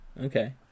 Okay